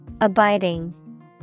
Abiding